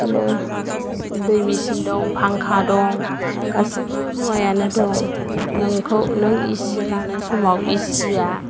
बिदिनो दै मेशिन दं फांखा दं गासिबो मुवायानो दं नोंखौ नों एसि लानो समाव एसिआ